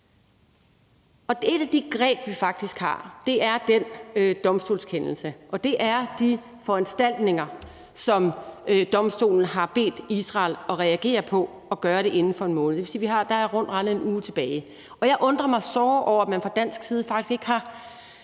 Et af de greb, vi faktisk har, er den domstolskendelse og de foranstaltninger, som domstolen har bedt Israel om at reagere på og laveinden for 1 måned. Det vil sige, at der rundt regnet er enuge tilbage. Jeg undrer mig såre over, at man fra dansk side faktisk ikke har